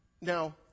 Now